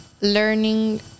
learning